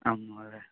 आं महोदय